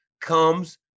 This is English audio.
comes